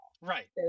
right